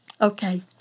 okay